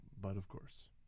But-of-course